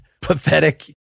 pathetic